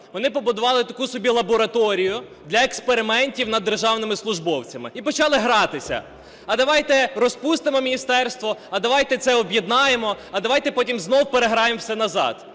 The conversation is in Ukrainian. Вони побудували таку собі лабораторію для експериментів над державними службовцями і почали гратися: а давайте розпустимо міністерство, а давайте це об'єднаємо, а давайте потім знову переграємо все назад;